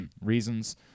reasons